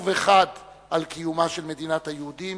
חד וברור על קיומה של מדינת היהודים,